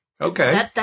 Okay